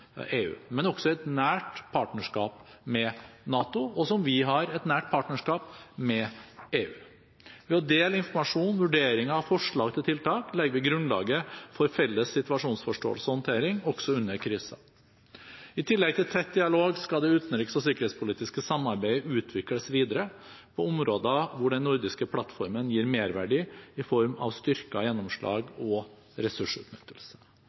EU, men også et nært partnerskap med NATO, slik som vi har et nært partnerskap med EU. Ved å dele informasjon, vurderinger og forslag til tiltak legger vi grunnlaget for felles situasjonsforståelse og håndtering, også under kriser. I tillegg til tett dialog skal det utenriks- og sikkerhetspolitiske samarbeidet utvikles videre på områder hvor den nordiske plattformen gir merverdi i form av styrket gjennomslag og ressursutnyttelse.